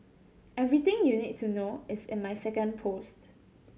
everything you need to know is in my second post